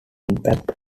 impact